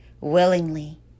Willingly